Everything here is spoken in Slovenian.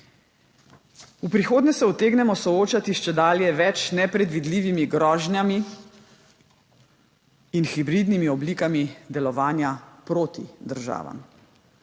V prihodnje se utegnemo soočati s čedalje več nepredvidljivimi grožnjami in hibridnimi oblikami delovanja proti državam.